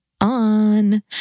on